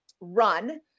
run